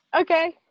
okay